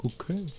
Okay